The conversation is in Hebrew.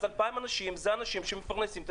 אז 2,000 אנשים הם אנשים שמפרנסים את